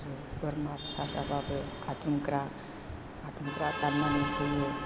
बोरमा फिसा जाबाबो आदुंग्रा दाननानै होयो